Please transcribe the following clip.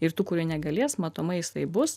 ir tų kurie negalės matomai jisai bus